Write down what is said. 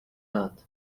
lat